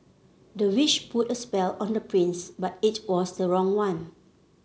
the witch put a spell on the prince but it was the wrong one